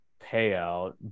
payout